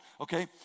okay